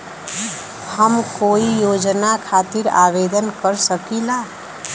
हम कोई योजना खातिर आवेदन कर सकीला?